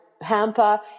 hamper